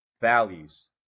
values